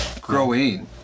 growing